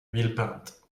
villepinte